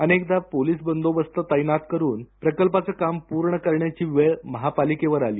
अनेकदा पोलीस बंदोबस्त तैनात करून प्रकल्पाचं काम पूर्ण करण्याची वेळ महापालिकेवर आली